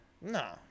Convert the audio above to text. No